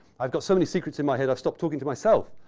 i've got so many secrets in my head i've stopped talking to myself.